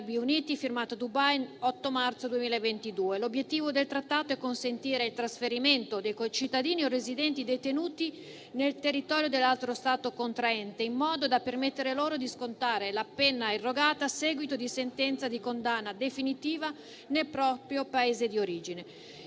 Uniti, firmato a Dubai l'8 marzo 2022. L'obiettivo del Trattato è quello di consentire il trasferimento dei cittadini o residenti detenuti nel territorio dell'altro Stato contraente in modo da permettere loro di scontare la pena irrogata a seguito di sentenza di condanna definitiva nel proprio Paese di origine.